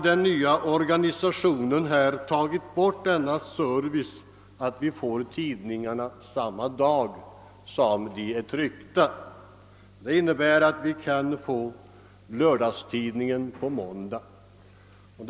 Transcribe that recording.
Den nya organisationen innebär att vi inte längre kan få tidningarna samma dag som de är tryckta. Detta medför t.ex. att vi kan få lördagstidningen på måndagen.